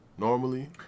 normally